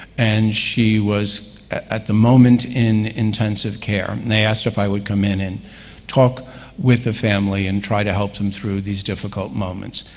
and she was at the moment in intensive care. and they asked if i would come in and talk with the family and try to help them through these difficult moments.